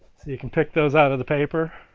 so you can pick those out of the paper